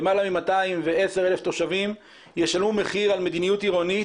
למעלה מ-210,000 תושבים ישלמו מחיר על מדיניות עירונית.